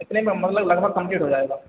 इतने में मतलब लगभग कम्प्लीट हो जाएगा